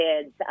kids